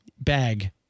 Bag